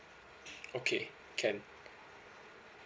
okay can